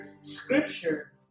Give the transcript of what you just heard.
scripture